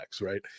right